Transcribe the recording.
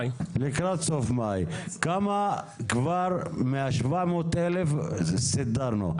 אנחנו לקראת סוף מאי, כמה מה-700,000 סידרנו?